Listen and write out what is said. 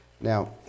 Now